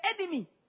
enemy